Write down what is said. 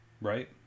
Right